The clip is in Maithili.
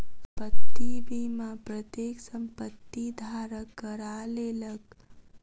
संपत्ति बीमा प्रत्येक संपत्ति धारक करा लेलक